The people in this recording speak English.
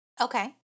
okay